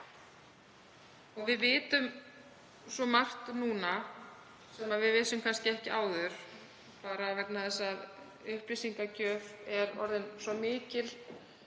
Við vitum svo margt núna sem við vissum kannski ekki áður, bara vegna þess að upplýsingagjöf er orðin svo mikil.